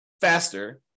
faster